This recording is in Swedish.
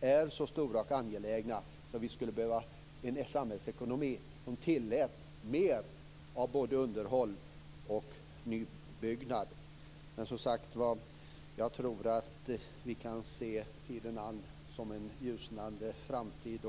är så stora och angelägna att vi skulle behöva en samhällsekonomi som tillät mer av både underhåll och nybyggnad. Men, som sagt, jag tror att vi kan se tiden an som en ljusnande framtid.